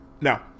no